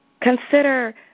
Consider